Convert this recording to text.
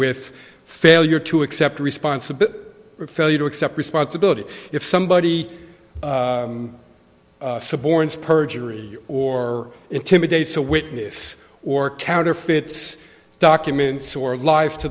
with failure to accept responsibility failure to accept responsibility if somebody suborn perjury or intimidates a witness or counterfeits documents or lies to